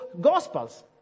Gospels